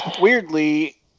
weirdly